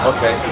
Okay